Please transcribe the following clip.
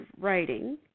writing